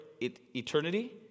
eternity